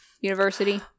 University